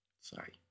sorry